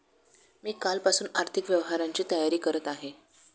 मी कालपासून आर्थिक व्यवहारांची तयारी करत आहे